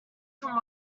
from